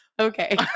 Okay